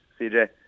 CJ